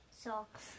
Socks